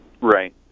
Right